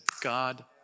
God